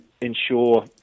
ensure